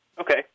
Okay